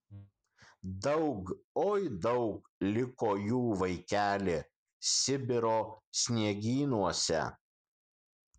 daug oi daug liko jų vaikeli sibiro sniegynuose